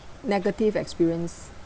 negative experience